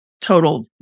total